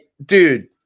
Dude